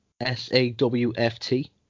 S-A-W-F-T